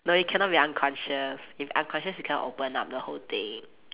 no you cannot be unconscious if unconscious you cannot open up the whole thing